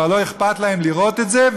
כבר לא אכפת להם לראות את זה,